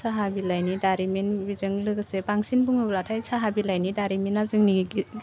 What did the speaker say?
साहा बिलाइनि दारिमिन बेजों लोगोसे बांसिन बुङोब्लाथाइ साहा बिलाइनि दारिमिना जोंनि गि